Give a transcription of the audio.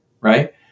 Right